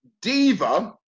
diva